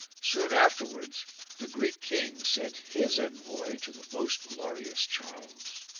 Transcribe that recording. soon afterwards the greek king sent his envoy to the most glorious charles.